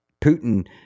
Putin